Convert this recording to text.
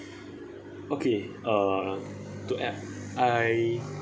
okay uh to ad~ I